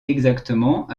exactement